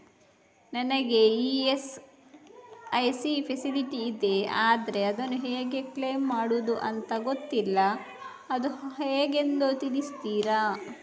ನನಗೆ ESIC facility ಇದೆ ಆದ್ರೆ ಅದನ್ನು ಹೇಗೆ ಕ್ಲೇಮ್ ಮಾಡೋದು ಅಂತ ಗೊತ್ತಿಲ್ಲ ಅದು ಹೇಗೆಂದು ತಿಳಿಸ್ತೀರಾ?